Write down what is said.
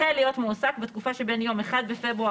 החל להיות מועסק בתקופה שבין יום 1 בפברואר